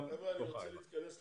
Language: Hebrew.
חברים, אני רוצה להתכנס לסוף.